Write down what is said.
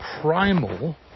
primal